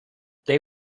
they